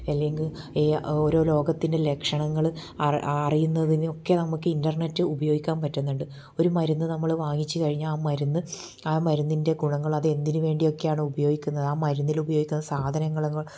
അല്ലെങ്കിൽ ഓരോ രോഗത്തിൻ്റെ ലക്ഷണങ്ങൾ അറിയുന്നതിനൊക്കെ നമുക്ക് ഇൻ്റർനെറ്റ് ഉപയോഗിക്കാൻ പറ്റുന്നുണ്ട് ഒരു മരുന്ന് നമ്മൾ വാങ്ങിച്ചു കഴിഞ്ഞാൽ ആ മരുന്ന് ആ മരുന്നിൻ്റെ ഗുണങ്ങൾ അത് എന്തിന് വേണ്ടിയൊക്കെയാണ് ഉപയോഗിക്കുന്നത് ആ മരുന്നിൽ ഉപയോഗിക്കുന്ന സാധനങ്ങൾ